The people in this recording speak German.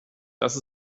dass